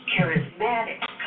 charismatic